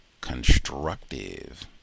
constructive